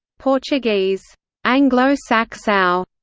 portuguese anglo-saxao,